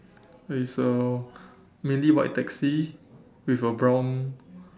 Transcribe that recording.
it's a mainly white taxi with a brown